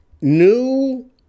new